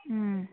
ꯎꯝ